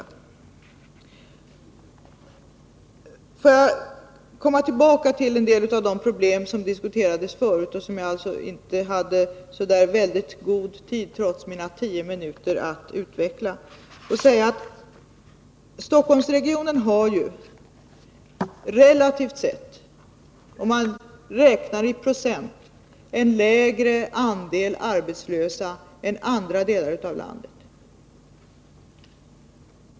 Låt mig sedan komma tillbaka till en del av de problem som diskuterades förut och som jag trots mina tio minuters taletid inte hann gå närmare in på. Stockholmsregionen har relativt sett och räknat i procent en lägre andel arbetslösa än andra delar av landet.